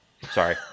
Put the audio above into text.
Sorry